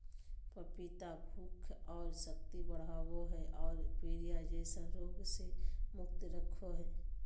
पपीता भूख और शक्ति बढ़ाबो हइ और पीलिया जैसन रोग से मुक्त रखो हइ